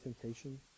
temptation